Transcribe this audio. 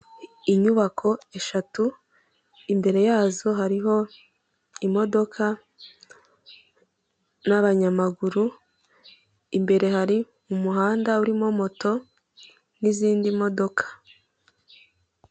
Abantu b'ingeri zitandukanye barahagaze bari kwifotoza harimo; umugore, harimo umukobwa, ndetse abasigaye n'abagabo bambaye amakositimu. Inyuma yabo hari icyapa cy'ikigo cy'igihugu cy'ubwisungane mu kwivuza.